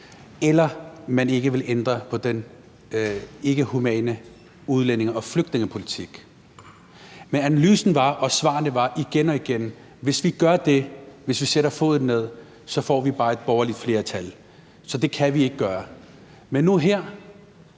eller da man ikke ville ændre på den ikkehumane udlændinge- og flygtningepolitik. Men analysen og svarene var igen og igen: Hvis vi gør det, altså hvis vi sætter foden ned, får vi bare et borgerligt flertal, så det kan vi ikke gøre. Men nu her